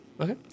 Okay